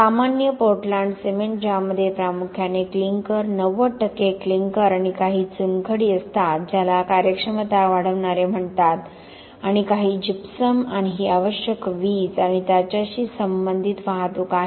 सामान्य Portland cement ज्यामध्ये प्रामुख्याने क्लिंकर 90 क्लिंकर आणि काही चुनखडी असतात ज्याला कार्यक्षमता वाढवणारे म्हणतात आणि काही जिप्सम आणि ही आवश्यक वीज आणि त्याच्याशी संबंधित वाहतूक आहे